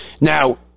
Now